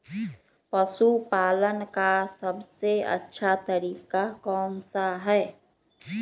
पशु पालन का सबसे अच्छा तरीका कौन सा हैँ?